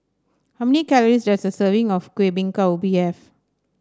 how many calories does a serving of Kueh Bingka Ubi have